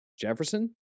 Jefferson